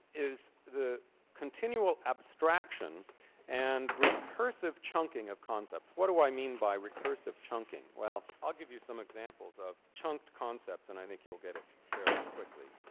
is the continual abstraction and recursive chunking of concepts. what do i mean by recursive chunking? well, i'll give you some examples of chunked concepts, and i think you'll get it fairly quickly.